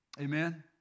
Amen